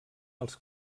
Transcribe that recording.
als